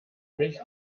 mich